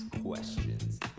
questions